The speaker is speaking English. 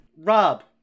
Rob